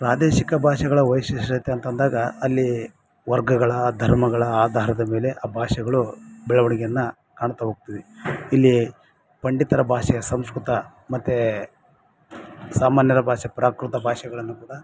ಪ್ರಾದೇಶಿಕ ಭಾಷೆಗಳ ವೈಶಿಷ್ಟತೆ ಅಂತ ಅಂದಾಗ ಅಲ್ಲಿ ವರ್ಗಗಳ ಧರ್ಮಗಳ ಆಧಾರದ ಮೇಲೆ ಆ ಭಾಷೆಗಳು ಬೆಳವಣಿಗೆಯನ್ನು ಕಾಣ್ತ ಹೋಗ್ತಿವಿ ಇಲ್ಲಿ ಪಂಡಿತರ ಭಾಷೆಯ ಸಂಸ್ಕೃತ ಮತ್ತು ಸಾಮಾನ್ಯರ ಭಾಷೆ ಪ್ರಾಕೃತ ಭಾಷೆಗಳನ್ನು ಕೂಡ